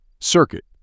Circuit